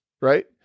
right